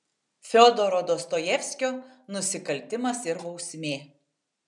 fiodoro dostojevskio nusikaltimas ir bausmė